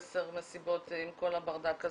עשר מסיבות עם כל הברדק הזה.